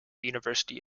university